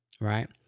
right